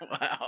Wow